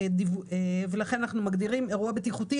לכן אנחנו מגדירים אירועי בטיחותי,